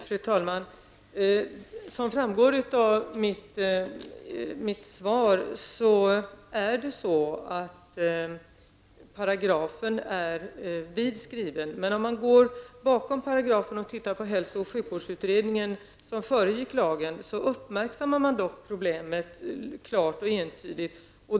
Fru talman! Som framgår av mitt svar är paragrafen brett skriven. Men om man tittar på den hälso och sjukvårdsutredning som föregick lagen uppmärksammar man problemet klart och entydigt.